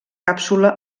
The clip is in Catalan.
càpsula